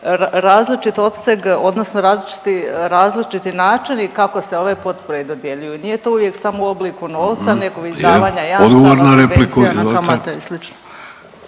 različit opseg odnosno različiti, različiti načini kako se ove potpore i dodjeljuju, nije to uvijek samo u obliku novca nego i izdavanja jamstava…/Govornik